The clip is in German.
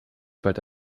bald